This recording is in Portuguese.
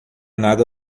nada